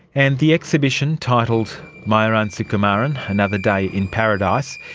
and the exhibition, titled myuran sukumaran another day in paradise,